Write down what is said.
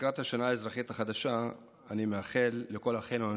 לקראת השנה האזרחית החדשה אני מאחל לכל אחינו,